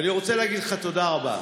אני רוצה להגיד לך תודה רבה.